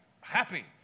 happy